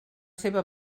seva